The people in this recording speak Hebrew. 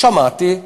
שמעתי,